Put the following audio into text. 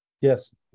Yes